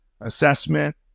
assessment